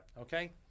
Okay